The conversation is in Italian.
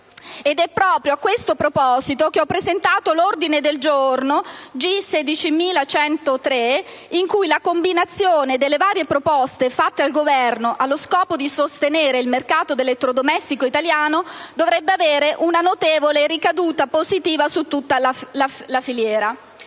È proprio a questo proposito che ho presentato l'ordine del giorno G16.103, in cui la combinazione delle varie proposte fatte al Governo allo scopo di sostenere il mercato dell'elettrodomestico italiano dovrebbe avere una notevole ricaduta positiva su tutta la filiera.